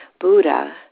Buddha